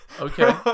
Okay